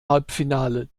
halbfinale